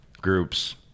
groups